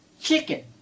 Chicken